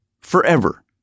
forever